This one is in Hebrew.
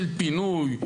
של פינוי,